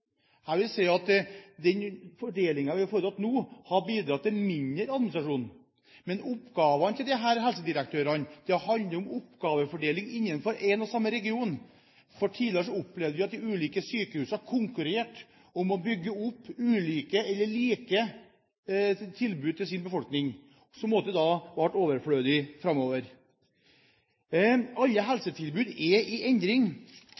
Jeg vil si at den fordelingen vi har fått nå, har bidratt til mindre administrasjon. Oppgavene til disse helsedirektørene handlet om fordeling innenfor én og samme region, for tidligere opplevde vi at de ulike sykehusene konkurrerte om å bygge opp ulike eller like tilbud til sin befolkning, tilbud som senere ble overflødige. Alle helsetilbud er i endring.